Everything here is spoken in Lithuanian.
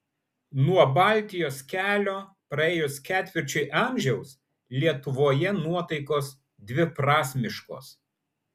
nuo baltijos kelio praėjus ketvirčiui amžiaus lietuvoje nuotaikos dviprasmiškos